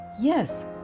Yes